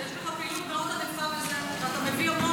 יש לך פעילות מאוד ענפה ואתה מביא המון